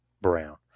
Brown